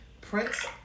Prince